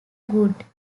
good